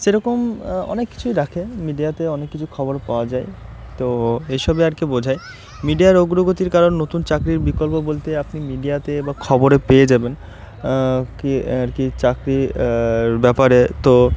সে রকম অনেক কিছুই রাখে মিডিয়াতে অনেক কিছু খবর পাওয়া যায় তো এইসবে আর কি বোঝায় মিডিয়ার অগ্রগতির কারণ নতুন চাকরির বিকল্প বলতে আপনি মিডিয়াতে বা খবরে পেয়ে যাবেন কি আর কি চাকরির ব্যাপারে তো